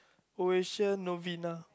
Oasia Novena